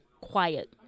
quiet